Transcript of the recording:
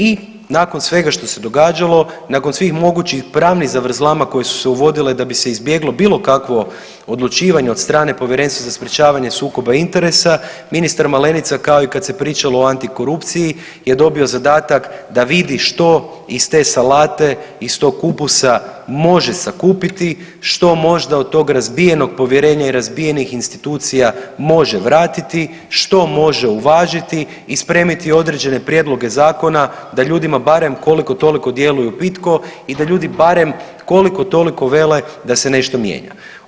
I nakon svega što se događalo, nakon svih mogućih pravnih zavrzlama koje su se uvodile da bi se izbjeglo bilo kakvo odlučivanje od strane Povjerenstva za sprječavanje sukoba interesa ministar Malenica kao i kad se pričalo o antikorupciji je dobio zadatak da vidi što iz te salate, iz tog kupusa može sakupiti, što možda od tog razbijenog povjerenja i razbijenih institucija može vratiti, što može uvažiti i spremiti određene prijedloge zakona da ljudima barem koliko toliko djeluju pitko i da ljudi barem koliko toliko vele da se nešto mijenja.